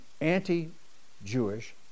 anti-Jewish